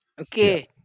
Okay